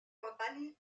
compagnie